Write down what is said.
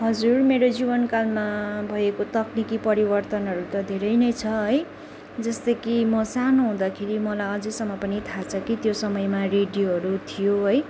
हजुर मेरो जीवनकालमा भएको तक्निकी परिवर्तनहरू त धेरै नै छ है जस्तै कि म सानो हुँदाखेरि मलाई अझैसम्म पनि थाहा छ कि त्यो समयमा रेडियोहरू थियो है